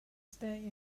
state